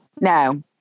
No